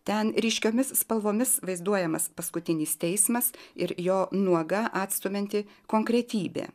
ten ryškiomis spalvomis vaizduojamas paskutinis teismas ir jo nuoga atstumianti konkretybė